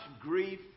grief